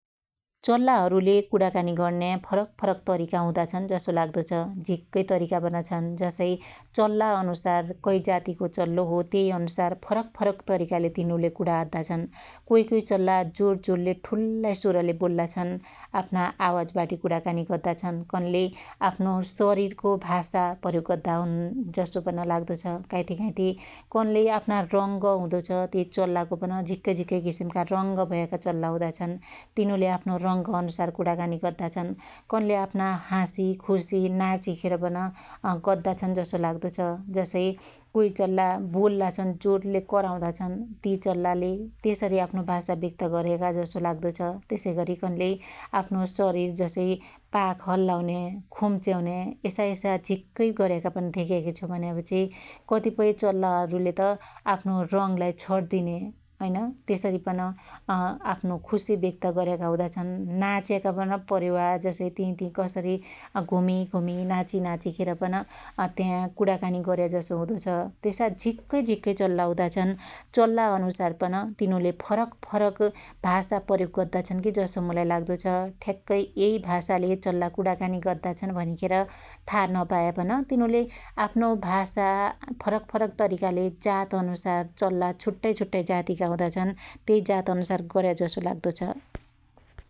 कुकुरमा रे बिल्लामा मुइले झिक्कै झिक्कै फरक देख्याकी छु । किन भन्यापछी कुकुर भन्याको घरपरीवार मान्छेसंग बस्न्या एक जनावर हो जो घर बस्यापछी उनले एक मान्छेले अर्को मान्छेलाई जसो स्याहार सुसार गद्दो छ त्यस्सै गर्याकी मुईले धेक्याकी छु । त्यसैगरी मासु झिक्कै मन पणाउदो छ कुकुर भन्यापछि तिनले व्याम पन गद्दो छ अज्याल त कुकुरले झिक्कै ठाँउ अनुसन्धान पन गर्याका हुदा छन् । किन भन्यापछि कुकर झिक्कै झिक्कै बाठो पन हुदो छ । त्यसैगरी कुकुरको शरीर एकदमै बल्यो हुदो छ भन्यापछि बिल्लो चाइ एक्लै बस्न मन पणाउदो छ । त्यल्ले कुकुरका जसरी मासु त खादाई खादैन दुध दहि मन पणाउदो छ भन्यापछि त्यइको शरीर हेद्दा खेरीपन कमजोर हुदो छ । त्यसैगरी बिल्लाले कुकुरले ज्या ज्या गद्दो छ त्यो गर्न सक्तैन् किनकी त्यो हेद्दाइ खेरी पन कमजोर ह्दो छ । सेवा सत्कार जसरी कुकुरले मालीकको गद्दो छ त्यसरी कुकुरले गर्न सक्तैन । आफ्नो जिम्मेवारी पुरा गद्दो छ कुकुरले चाइ । बिल्लो भन्याको कमजोर जसो लाग्दो छ । कम्लो हुदो छ त्यैको छाला भन्यापछि कुकुरको छाला पन छुट्टै बल्यो हुदो छ । खासगरी तिनु दुईले चाहि तिनका फरक फरक छुट्टा छुट्टै काम हुदाछन जसो चाई मुलाई लाग्दो छ ।